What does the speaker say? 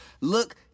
look